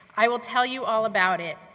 i will tell you all about it,